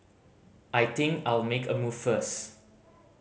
I think I'll make a move first